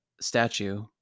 statue